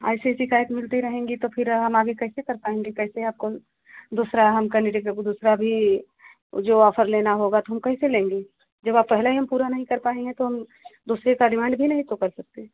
ऐसे शिकायत मिलती रहेंगी तो फ़िर हम आगे कैसे कर पाएँगे कैसे आपको दूसरा हम कंडीडेट अगर दूसरा भी जो ऑफर लेना होगा तो हम कैसे लेंगे जब आप हम पहले पूरा नहीं कर पाएँगे तो हम दूसरे का डिमांड भी नहीं तो कर सकते